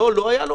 דבר נוסף,